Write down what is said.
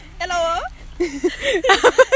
Hello